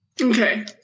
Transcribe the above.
Okay